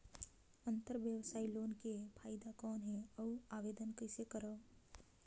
अंतरव्यवसायी लोन के फाइदा कौन हे? अउ आवेदन कइसे करव?